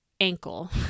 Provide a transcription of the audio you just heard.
ankle